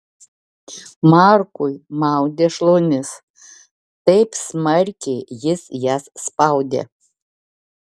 markui maudė šlaunis taip smarkiai jis jas spaudė